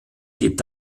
geht